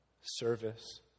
service